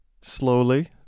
slowly